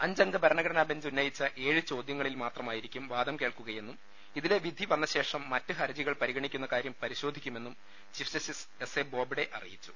അഞ്ചംഗ ഭരണഘടനാ ബെഞ്ച് ഉന്നയിച്ച ഏഴ് ചോദ്യങ്ങളിൽ മാത്രമായിരിക്കും വാദം കേൾക്കുകയെന്നും ഇതിലെ വിധി പന്ന ശേഷം മറ്റു ഹർജികൾ പരിഗണിക്കുന്ന കാര്യം പരിശോധിക്കു മെന്നും chief justice S A Bobde അറിയിച്ചു